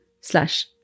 slash